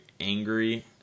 angry